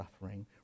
suffering